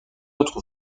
autres